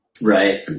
Right